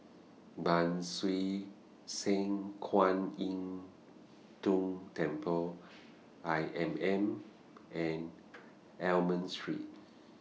Ban Siew San Kuan Im Tng Temple I M M and Almond Street